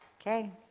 okay.